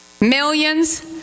Millions